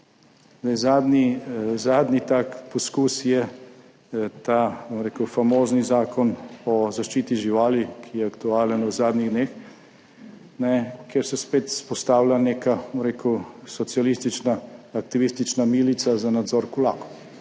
Zadnji tak poskus je ta, bom rekel, famozni Zakon o zaščiti živali, ki je aktualen v zadnjih dneh, kjer se spet vzpostavlja neka, bom rekel, socialistična aktivistična milica za nadzor kulakov.